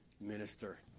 minister